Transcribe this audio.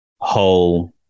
whole